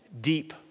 deep